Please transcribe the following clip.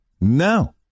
No